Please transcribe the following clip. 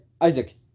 Isaac